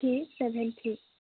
three seven three